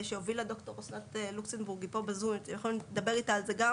שהובילה ד"ר אסנת לוקסנבורג שפה בזום ותוכלו לדבר איתה על זה גם